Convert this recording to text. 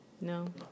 No